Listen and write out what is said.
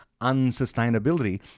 unsustainability